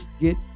get